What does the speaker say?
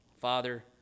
Father